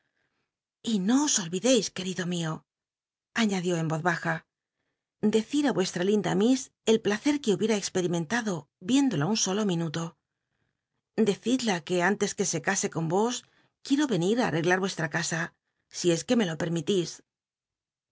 no os olvidcis que ido mio añadió en voz baja decir á vuestra linda miss el phrcer que hubiera experimentado iéndola un solo minuto decidla que antes de que se case con yos quiero venir á arreglat vuestra casa si es que me lo permitís